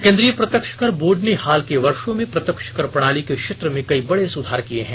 केंद्रीय प्रत्यक्ष कर बोर्ड ने हाल के वर्षो में प्रत्यक्ष कर प्रणाली के क्षेत्र में कई बड़े सुधार किए हैं